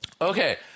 Okay